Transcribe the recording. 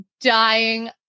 dying